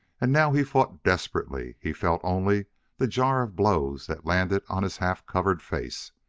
and now he fought desperately he felt only the jar of blows that landed on his half-covered face.